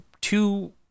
two